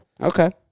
Okay